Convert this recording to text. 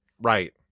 Right